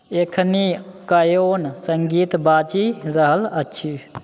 एखनि कओन सङ्गीत बाजि रहल अछि